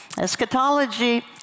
eschatology